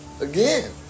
Again